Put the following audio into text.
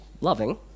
loving